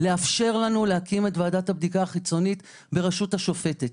לאפשר לנו להקים את ועדת הבדיקה החיצונית בראשות השופטת.